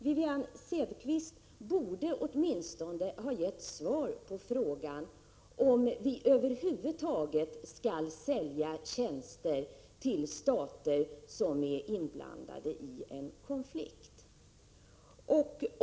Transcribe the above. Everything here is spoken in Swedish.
Wivi-Anne Cederqvist borde åtminstone ha gett svar på frågan om vi över huvud taget skall sälja tjänster till stater som är inblandade i en konflikt.